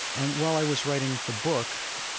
and while i was writing the book,